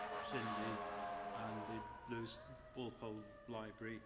so and the um the lewis walpole library